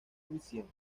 fiction